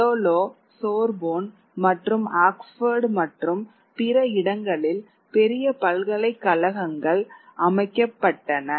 Bologna Sorbonne மற்றும் Oxford மற்றும் பிற இடங்களில் பெரிய பல்கலைக்கழகங்கள் அமைக்கப்பட்டன